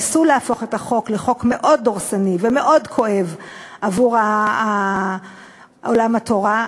ניסו להפוך את החוק לחוק מאוד דורסני ומאוד כואב עבור עולם התורה,